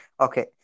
Okay